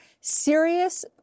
serious